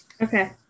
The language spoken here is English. Okay